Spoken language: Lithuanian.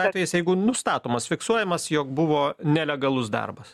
atvejais jeigu nustatomas fiksuojamas jog buvo nelegalus darbas